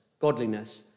godliness